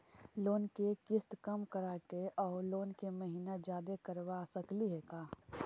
Loan के किस्त कम कराके औ लोन के महिना जादे करबा सकली हे का?